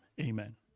Amen